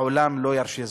העולם לא ירשה זאת,